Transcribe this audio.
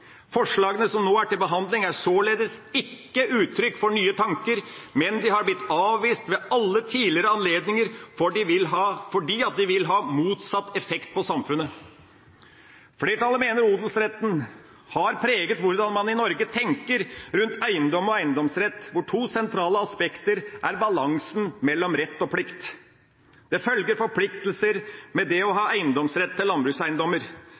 Forslagene som nå er til behandling, er således ikke uttrykk for nye tanker, men de har blitt avvist ved alle tidligere anledninger fordi de vil ha motsatt effekt på samfunnet. Flertallet mener odelsretten har preget hvordan man i Norge tenker rundt eiendom og eiendomsrett, hvor to sentrale aspekter er rett og plikt – og balansen mellom dem. Det følger forpliktelser med det å ha eiendomsrett til landbrukseiendommer.